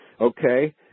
Okay